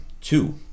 Two